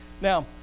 Now